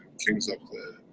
kings of the.